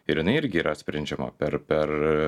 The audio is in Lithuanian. ir jinai irgi yra sprendžiama per per